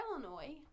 Illinois